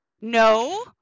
No